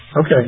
Okay